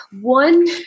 One